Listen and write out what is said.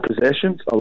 possessions